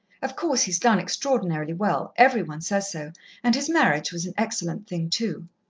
of course, he's done extraordinarily well every one says so and his marriage was an excellent thing, too.